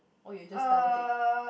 or you just double tick